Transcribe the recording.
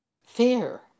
fear